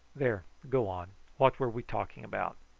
there, go on what were we talking about?